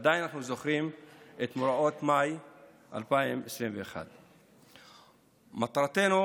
עדיין אנחנו זוכרים את מאורעות מאי 2021. מטרתנו,